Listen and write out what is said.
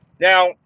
Now